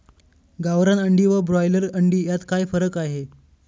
गावरान अंडी व ब्रॉयलर अंडी यात काय फरक आहे?